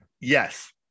yes